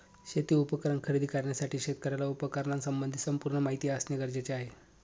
शेती उपकरण खरेदी करण्यासाठी शेतकऱ्याला उपकरणासंबंधी संपूर्ण माहिती असणे गरजेचे आहे